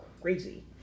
crazy